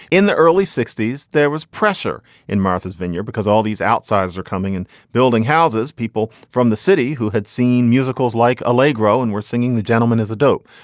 in the early sixty s, there was pressure in martha's vineyard because all these outsiders are coming in building houses people from the city who had seen musicals like allegro and were singing the gentleman is a dope.